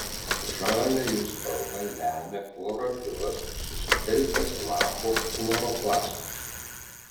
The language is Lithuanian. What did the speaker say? žalią jų spalvą lemia chlorofilas susitelkęs lapų chloroplastuose